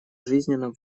жизненно